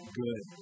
good